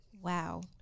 Wow